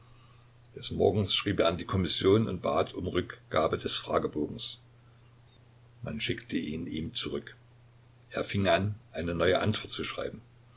des morgens schrieb er an die kommission und bat um rückgabe des fragebogens man schickte ihn ihm zurück er fing an eine neue antwort zu schreiben